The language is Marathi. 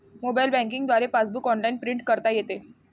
मोबाईल बँकिंग द्वारे पासबुक ऑनलाइन प्रिंट करता येते